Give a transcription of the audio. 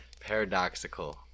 Paradoxical